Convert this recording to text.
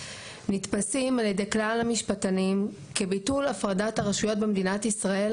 נתפסים על ידי כלל המשפטנים כביטול הפרדת הרשויות במדינת ישראל,